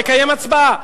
אמרתי לצלצל,